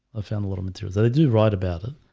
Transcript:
ah found a little materials though. they do write about it.